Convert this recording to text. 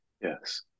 Yes